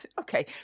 Okay